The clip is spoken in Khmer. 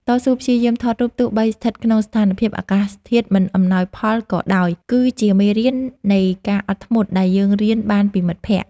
តស៊ូព្យាយាមថតរូបទោះបីជាស្ថិតក្នុងស្ថានភាពអាកាសធាតុមិនអំណោយផលក៏ដោយគឺជាមេរៀននៃការអត់ធ្មត់ដែលយើងរៀនបានពីមិត្តភក្តិ។